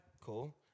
Cool